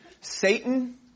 Satan